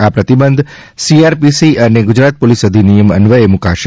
આ પ્રતિબંધ C R P C અને ગુજરાત પોલીસ અધિનિયમ અન્વયે મુકાશે